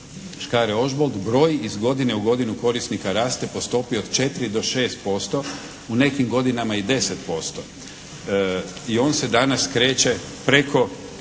Škare Ožbolt. Broj iz godinu u godinu korisnika raste po stopi od 4 do 6%. U nekim godinama i 10%. I on se danas kreće preko